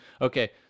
Okay